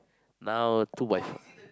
now two by